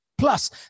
Plus